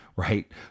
right